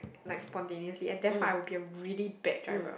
like spontaneously and therefore I will be a really bad driver